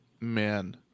Man